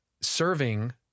serving